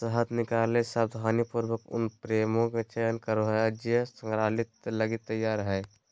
शहद निकलैय सावधानीपूर्वक उन फ्रेमों का चयन करो हइ जे संग्रह लगी तैयार हइ